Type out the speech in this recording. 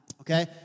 Okay